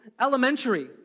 elementary